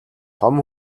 том